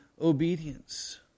obedience